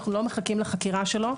אנחנו לא מחכים לחקירה שלו,